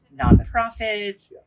nonprofits